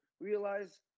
realize